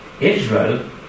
Israel